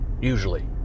usually